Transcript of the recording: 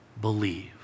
believe